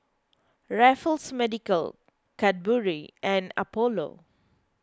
Raffles Medical Cadbury and Apollo